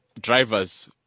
drivers